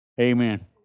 Amen